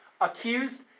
accused